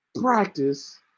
Practice